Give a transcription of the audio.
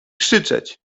krzyczeć